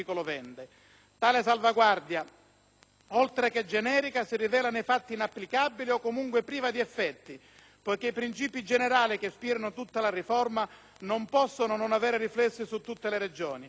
oltre che generica, si rivela nei fatti inapplicabile o comunque priva di effetti, poiché i principi generali che ispirano tutta la riforma non possono non avere riflessi su tutte le Regioni. Infatti, non risulta altrettanto chiaro